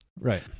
Right